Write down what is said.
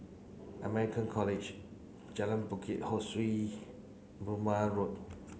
American College Bukit Ho Swee Burmah Road